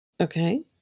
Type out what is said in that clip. Okay